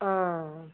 ஆ ஆ